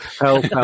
help